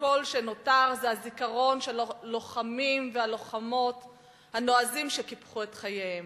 וכל מה שנותר זה הזיכרון של הלוחמים הנועזים שקיפחו את חייהם.